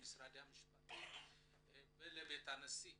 בעיקר משרד המשפטים ולבית הנושא,